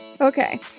Okay